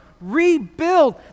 rebuild